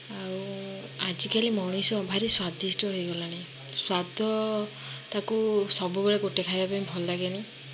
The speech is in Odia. ଆଉ ଆଜି କାଲି ମଣିଷ ଭାରି ସ୍ଵାଦିଷ୍ଟ ହୋଇଗଲାଣି ସ୍ଵାଦ ତାକୁ ସବୁ ବେଳେ ଗୋଟେ ଖାଇବାକୁ ଭଲ ଲାଗେନି